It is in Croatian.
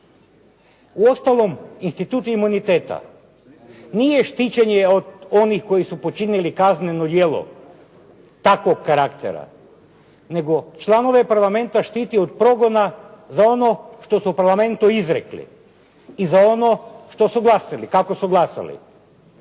Uostalom, instituti imuniteta nije štićenje onih koji su počinili kazneno djelo takvog karaktera, nego članove Parlamenta štiti od progona za ono što su u Parlamentu izrekli i za ono što su glasali, kako su glasali.